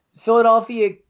Philadelphia